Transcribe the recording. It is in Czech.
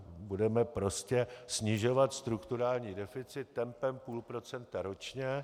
Budeme prostě snižovat strukturální deficit tempem půl procenta ročně.